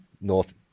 North